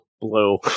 Blue